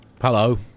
Hello